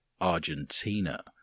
Argentina